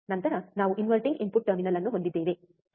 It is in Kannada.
ನಂತರ ನಾವು ಇನ್ವರ್ಟಿಂಗ್ ಇನ್ಪುಟ್ ಟರ್ಮಿನಲ್ ಅನ್ನು ಹೊಂದಿದ್ದೇವೆ